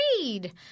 read